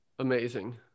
Amazing